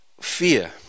fear